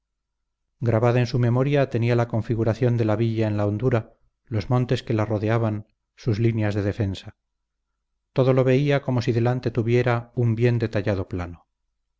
grabada en su memoria tenía la configuración de la villa en la hondura los montes que la rodeaban sus líneas de defensa todo lo veía como si delante tuviera un bien detallado plano